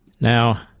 Now